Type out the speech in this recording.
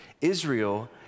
Israel